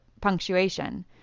punctuation